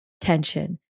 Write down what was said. tension